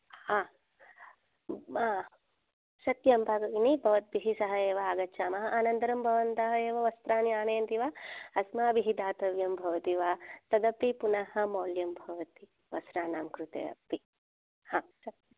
हा सत्यं भगिनी भवद्भिः सह एव आगच्छामः अनन्तरं भवन्तः एव वस्त्राणि आनयन्ति वा अस्माभिः दातव्यं भवति वा तदपि पुनः मौल्यं भवति वस्त्राणां कृते अपि हा सत्यं